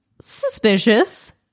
suspicious